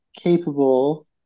capable